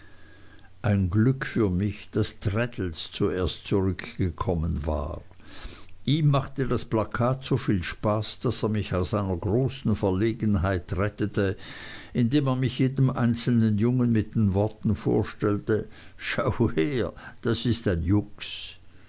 ein glück für mich daß traddles zuerst zurückgekommen war ihm machte das plakat so viel spaß daß er mich aus einer großen verlegenheit rettete indem er mich jedem einzelnen jungen mit den worten vorstellte schau her das ist ein jux